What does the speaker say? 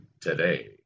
today